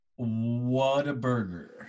Whataburger